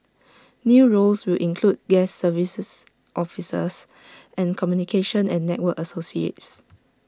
new roles will include guest services officers and communication and network associates